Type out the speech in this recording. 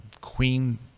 queen